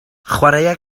chwaraea